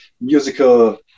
musical